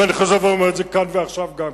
ואני חוזר ואומר את זה כאן ועכשיו גם כן,